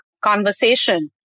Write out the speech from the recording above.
conversation